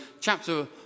chapter